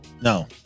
No